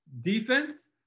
defense